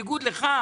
למה הוא קטן ביותר?